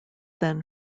then